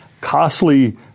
costly